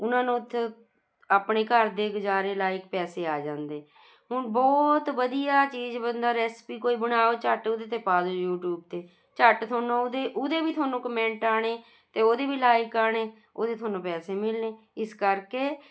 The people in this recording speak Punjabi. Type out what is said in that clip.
ਉਹਨਾਂ ਨੂੰ ਉੱਥੇ ਆਪਣੇ ਘਰ ਦੇ ਗੁਜ਼ਾਰੇ ਲਾਇਕ ਪੈਸੇ ਆ ਜਾਂਦੇ ਹੁਣ ਬਹੁਤ ਵਧੀਆ ਚੀਜ਼ ਬੰਦਾ ਰੈਸਪੀ ਕੋਈ ਬਣਾਓ ਝਟ ਉਹਦੇ 'ਤੇ ਪਾ ਦਿਓ ਯੂਟੀਊਬ 'ਤੇ ਝਟ ਤੁਹਾਨੂੰ ਉਹਦੇ ਉਹਦੇ ਵੀ ਤੁਹਾਨੂੰ ਕਮੈਂਟ ਆਉਣੇ ਅਤੇ ਉਹਦੇ ਵੀ ਲਾਈਕ ਆਉਣੇ ਉਹਦੇ ਤੁਹਾਨੂੰ ਪੈਸੇ ਮਿਲਣੇ ਇਸ ਕਰਕੇ